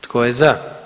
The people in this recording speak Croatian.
Tko je za?